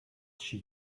she